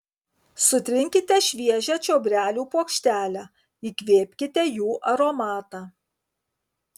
sutrinkite šviežią čiobrelių puokštelę įkvėpkite jų aromatą